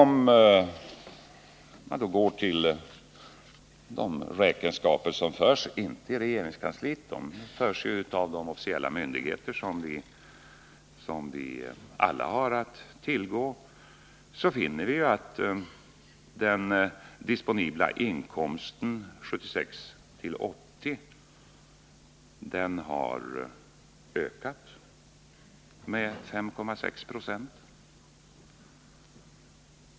Men om vi ser på de räkenskaper som förs, inte i regeringskansliet utan av de officiella myndigheter som vi alla har möjlighet att tillgå, så finner vi att den disponibla inkomsten 1976-1980 har ökat med 5,6 90.